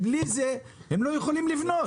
בלי זה הם לא יכולים לבנות.